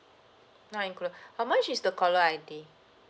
not include how much is the caller I_D